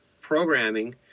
programming